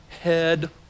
head